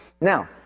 Now